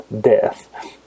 death